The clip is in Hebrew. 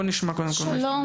שלום,